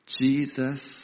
jesus